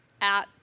out